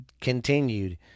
continued